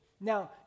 now